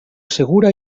segura